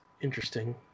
interesting